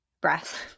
breath